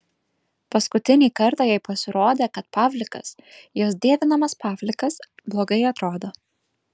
paskutinį kartą jai pasirodė kad pavlikas jos dievinamas pavlikas blogai atrodo